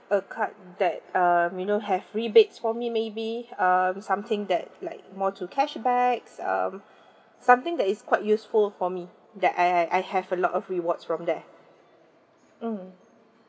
a card that um you know have rebates for me maybe um something that like more to cashbacks um something that is quite useful for me that I I have a lot of rewards from there mm